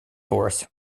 force